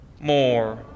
more